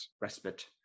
respite